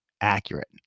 accurate